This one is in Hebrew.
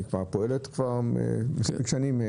היא כבר פועלת מספיק שנים.